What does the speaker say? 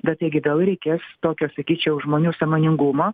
bet taigi vėl reikės tokio sakyčiau žmonių sąmoningumo